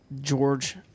George